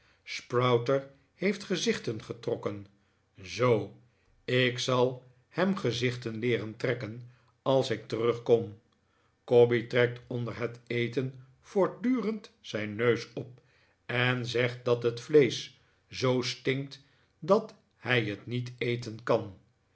sprouter heeft gezichten getrokken zoo ik zal hem gezichten leeren trekken als ik terugkom cobbey trekt onder het eten voortdurend zijn neus op en zegt dat het vleesch zoo stinkt dat hij het niet eten kan